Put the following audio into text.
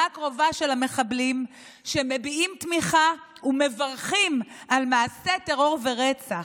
הקרובה של המחבלים שמביעים תמיכה ומברכים על מעשה טרור ורצח.